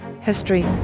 history